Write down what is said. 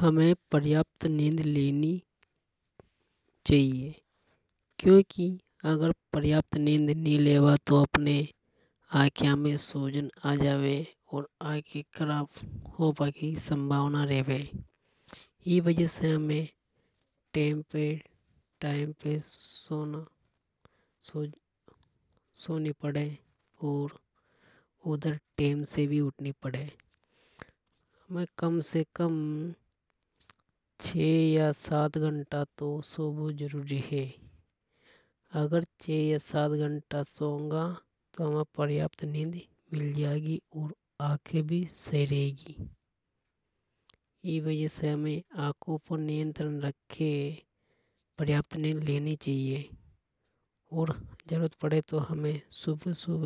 हमें पर्याप्त निंद लेनी चाहिए क्योंकि अगर पर्याप्त निंद नि लेवा तो आख्या में सौजन आ जावे। और आंखे खराब होबा की संभावना रेवे। इस वजह से हमें टाइम से सोना सोनी पड़े और उधर टेम से भी उठनी पड़े। हमें कम से कम छः या सात घंटा तो सोबो जरूरी है। अगर छः या सात घंटा सोंगा तो पर्याप्त निंद मिल जागी और आंखे भी सही रहेगी ई वजह से हमें आंखों पर नियंत्रण रख के पर्याप्त निंद लेनी चाहिए। और जरूरत पडे तो हमें सुबह